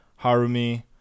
Harumi